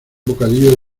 bocadillo